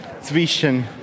zwischen